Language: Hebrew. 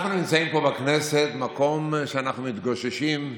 אנחנו נמצאים פה בכנסת, מקום שבו אנחנו מתגוששים.